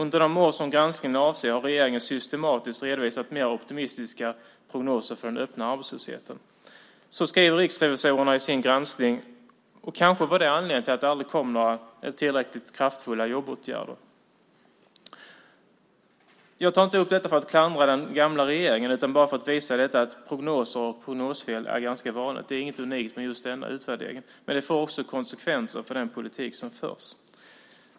Under de år som granskningen avser har regeringen systematiskt redovisat mer optimistiska prognoser för den öppna arbetslösheten. Så skriver riksrevisorerna i sin granskning. Det var kanske anledningen till att det aldrig kommer några tillräckligt kraftfulla jobbåtgärder. Jag tar inte upp detta för att klandra den gamla regeringen utan för att visa att prognosfel är ganska vanliga. Det är inget unikt för just denna utvärdering. Men det får också konsekvenser för den politik som förs.